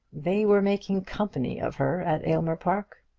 they were making company of her at aylmer park!